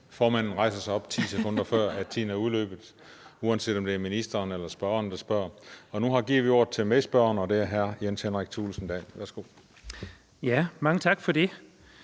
før tiden er udløbet, uanset om det er ministeren eller spørgeren, der taler. Nu giver vi ordet til medspørgeren, og det er hr. Jens Henrik Thulesen Dahl. Værsgo. Kl. 15:28 Jens